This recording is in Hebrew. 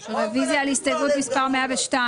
רוויזיה במקום "גוף מוסדי יודיע בכתב ליועץ"